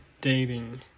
dating